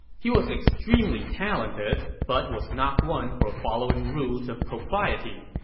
he was extremely talented, but was not one for following rules of propriety.